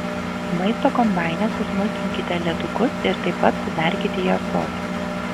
maisto kombaine susmulkinkite ledukus ir taip pat suberkite į ąsotį